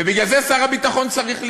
ובגלל זה שר הביטחון צריך לבדוק.